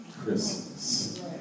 Christmas